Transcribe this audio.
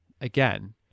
again